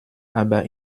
aber